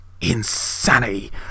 insanity